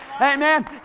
Amen